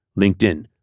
LinkedIn